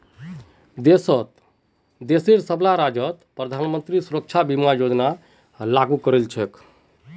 देशेर सबला राज्यत प्रधानमंत्री सुरक्षा बीमा योजना लागू करील छेक